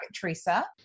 Teresa